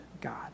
god